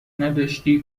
نداشتی